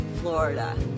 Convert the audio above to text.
Florida